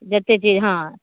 जते जे हाँ